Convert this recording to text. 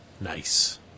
Nice